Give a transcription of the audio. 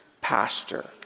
pastor